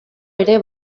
ere